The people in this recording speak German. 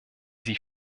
sich